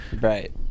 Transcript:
Right